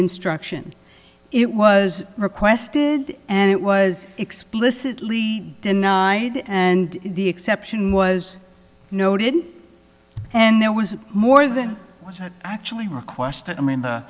instruction it was requested and it was explicitly denied and the exception was noted and there was more than was actually requested i mean the